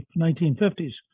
1950s